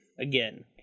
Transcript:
Again